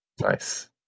nice